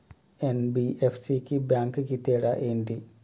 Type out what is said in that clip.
NBFC కి bank కి తేడా ఏంటి?